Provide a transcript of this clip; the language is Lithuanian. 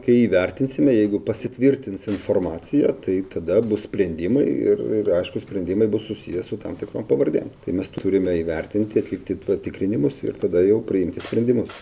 kai įvertinsime jeigu pasitvirtins informacija tai tada bus sprendimai ir ir aiškūs sprendimai bus susiję su tam tikrom pavardėm tai mes turime įvertinti atlikti patikrinimus ir tada jau priimti sprendimus